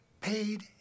paid